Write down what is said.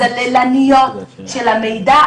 הזללניות של המידע,